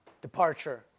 departure